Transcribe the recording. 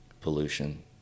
pollution